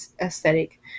aesthetic